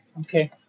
Okay